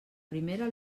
primera